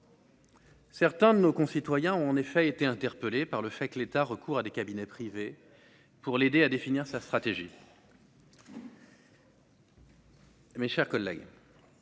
Certains de nos concitoyens ont en effet été interpellé par le fait que l'État, recours à des cabinets privés pour l'aider à définir sa stratégie. Mes chers collègues.